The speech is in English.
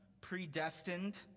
predestined